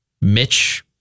Mitch